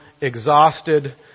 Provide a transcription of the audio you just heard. exhausted